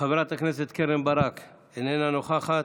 חברת הכנסת קרן ברק, איננה נוכחת.